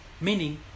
Meaning